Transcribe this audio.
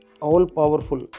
all-powerful